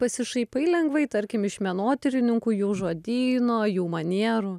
pasišaipai lengvai tarkim iš menotyrininkų jų žodyno jų manierų